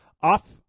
off